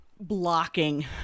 blocking